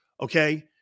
okay